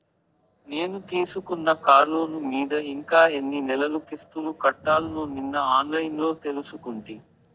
నేను తీసుకున్న కార్లోను మీద ఇంకా ఎన్ని నెలలు కిస్తులు కట్టాల్నో నిన్న ఆన్లైన్లో తెలుసుకుంటి